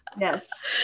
Yes